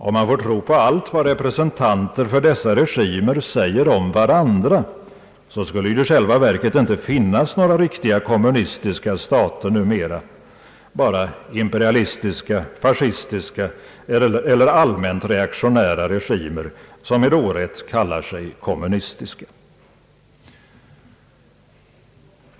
Om vi får tro på allt vad representanter för dessa regimer säger om varandra skulle det i själva verket inte finnas några riktiga kommunistiska stater numera — bara imperialistiska, fascistiska eller allmänt reaktionära regimer som med orätt kallar sig kommunistiska.